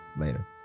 Later